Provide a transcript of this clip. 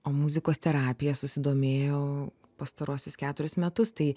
o muzikos terapija susidomėjau pastaruosius keturis metus tai